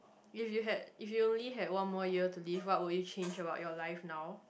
if you had if you only had one more year to live what would you change about your life now